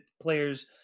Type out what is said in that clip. players